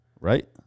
Right